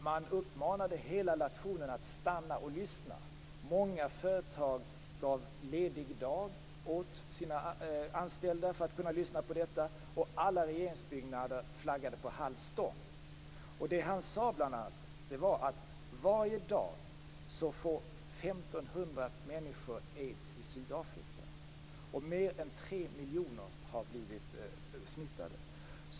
Man uppmanade hela nationen att stanna och lyssna. Många företag gav ledig dag åt sina anställda för att de skulle kunna lyssna på detta, och alla regeringsbyggnader flaggade på halv stång. Det han sade var bl.a. att 15 000 människor varje dag får aids i Sydafrika och att mer än 3 miljoner har blivit smittade.